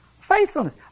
Faithfulness